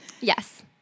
yes